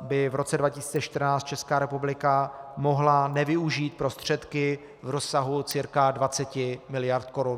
by v roce 2014 Česká republika mohla nevyužít prostředky v rozsahu cca 20 miliard korun.